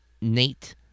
Nate